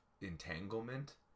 entanglement